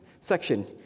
section